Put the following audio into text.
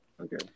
Okay